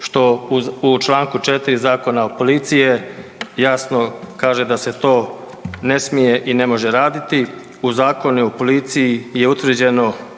što u članku 4. Zakonu o policiji jasno kaže da se to ne smije i ne može raditi. U Zakonu o policiji je utvrđeno